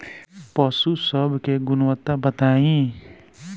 पशु सब के गुणवत्ता बताई?